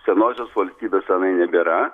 senosios valstybės seniai nebėra